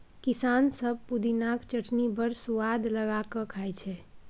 किसान सब पुदिनाक चटनी बड़ सुआद लगा कए खाइ छै